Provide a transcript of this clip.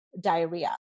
diarrhea